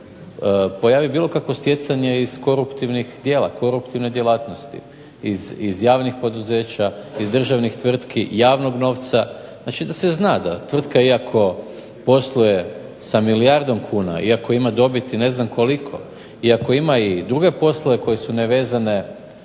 pojavi bilo kakvo stjecanje iz koruptivnih djela, koruptivne djelatnosti iz javnih poduzeća, iz državnih tvrtki, javnog novca. Znači da se zna iako tvrtka posluje sa milijardom kuna i ako ima dobiti ne znam koliko i ako ima i druge poslove koji su nevezane